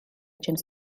james